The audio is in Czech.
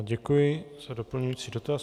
Děkuji za doplňující dotaz.